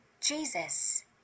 Jesus